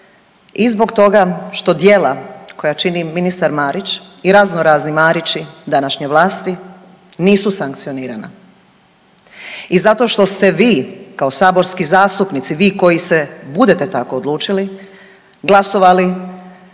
i zbog toga što djela koja čini ministar Marić i raznorazni Marići današnje vlasti nisu sankcionirana. I zato što ste vi kao saborski zastupnici vi koji se budete tako odlučili glasovali